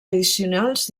addicionals